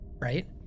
right